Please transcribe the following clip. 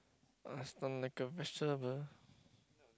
!ah! stunned like a vegetable